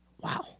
Wow